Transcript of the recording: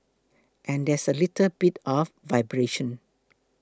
and there's a little bit of vibration